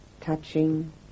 touching